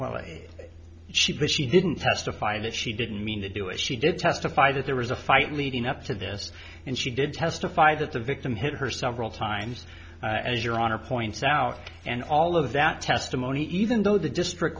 while she but she didn't testify that she didn't mean to do it she did testify that there was a fight leading up to this and she did testify that the victim hit her several times as your honor points out and all of that testimony even though the district